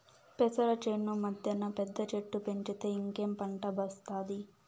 పెసర చేను మద్దెన పెద్ద చెట్టు పెంచితే ఇంకేం పంట ఒస్తాది